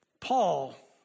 Paul